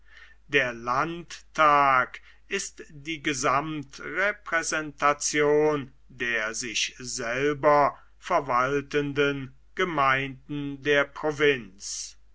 der landtag ist die gesamtrepräsentation der sich selber verwaltenden gemeinden der provinz